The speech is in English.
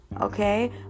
okay